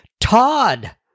Todd